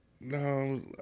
No